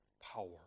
power